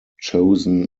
chosen